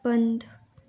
बन्द